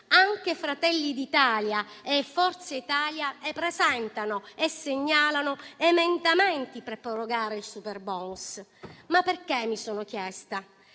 anche Fratelli d'Italia e Forza Italia presentano e segnalano emendamenti per prorogare il superbonus. Mi sono chiesta